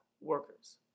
workers